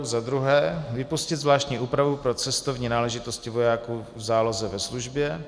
Za druhé vypustit zvláštní úpravu pro cestovní náležitosti vojáků v záloze ve službě.